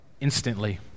instantly